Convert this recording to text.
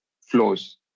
flows